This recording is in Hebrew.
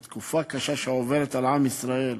בתקופה קשה שעוברת על עם ישראל.